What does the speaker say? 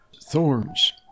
thorns